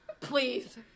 Please